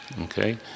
Okay